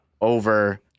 over